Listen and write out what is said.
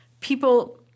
people